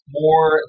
more